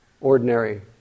ordinary